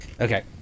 Okay